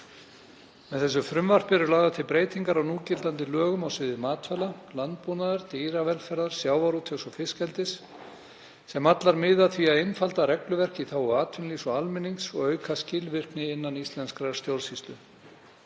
Með frumvarpinu eru lagðar til breytingar á núgildandi lögum á sviði matvæla, landbúnaðar, dýravelferðar, sjávarútvegs og fiskeldis sem allar miða að því að einfalda regluverk í þágu atvinnulífs og almennings og auka skilvirkni innan íslenskrar stjórnsýslu.